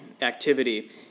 activity